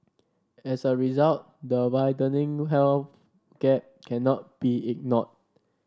as a result the widening wealth gap cannot be ignored